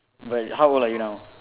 but how old are you now